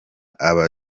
aba